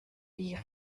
die